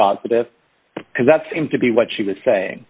positive because that seems to be what she was saying